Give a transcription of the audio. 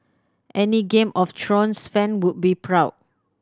any Game of Thrones fan would be proud